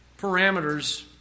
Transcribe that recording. parameters